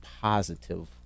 positive